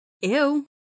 Ew